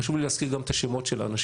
חשוב לי להזכיר גם את השמות של האנשים,